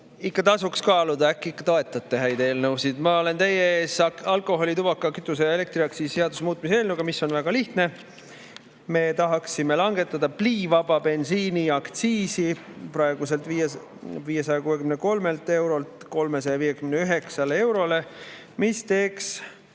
Ja tasuks kaaluda, äkki ikka toetate häid eelnõusid. Ma olen teie ees alkoholi-, tubaka-, kütuse- ja elektriaktsiisi seaduse muutmise seaduse eelnõuga, mis on väga lihtne: me tahaksime langetada pliivaba bensiini aktsiisi praeguselt 563 eurolt 359 eurole. See teeks